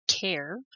care